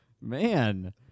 man